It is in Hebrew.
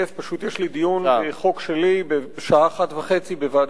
פשוט יש דיון על חוק שלי בשעה 13:30 בוועדת הכלכלה.